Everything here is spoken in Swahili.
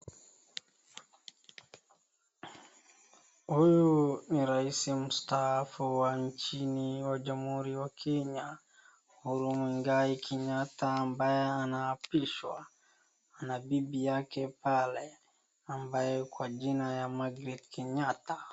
Huyu ni rais mstaafu wa nchini wa Jamhuri wa Kenya, Uhuru Muigai Kenyatta ambaye anaapishwa, ana bibi yake pale, ambaye kwa jina ya Margaret Kenyatta.